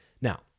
Now